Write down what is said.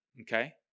Okay